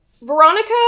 Veronica